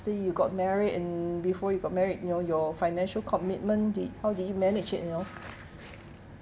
you got married and before you got married you know your financial commitment did how did you manage it you know